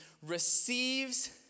receives